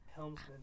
helmsman